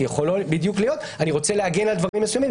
אולי אני רוצה להגן על דברים מסוימים.